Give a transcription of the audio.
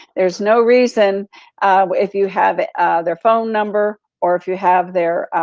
there's no reason if you have their phone number or if you have their,